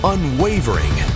Unwavering